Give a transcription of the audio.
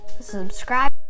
subscribe